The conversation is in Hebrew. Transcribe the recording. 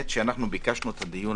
כשביקשנו את הדיון,